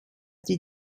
die